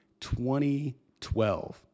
2012